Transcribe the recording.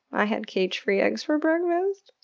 i had cage free eggs for breakfast.